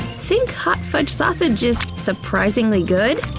think hot fudge sausage is surprisingly good?